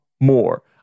more